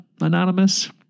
anonymous